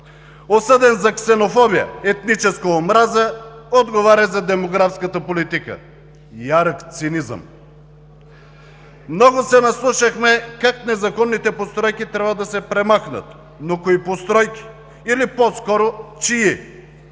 осъден за ксенофобия, етническа омраза, отговаря за демографската политика. Ярък цинизъм! Много се наслушахме как незаконните постройки трябва да се премахнат. Но кои постройки, или по-скоро чии?!